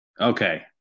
Okay